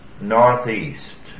northeast